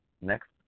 next